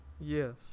Yes